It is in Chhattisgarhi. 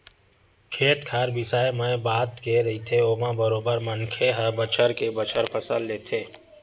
खेत खार बिसाए मए बात के रहिथे ओमा बरोबर मनखे ह बछर के बछर फसल लेथे